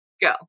go